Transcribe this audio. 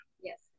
Yes